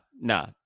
nah